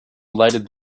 lighted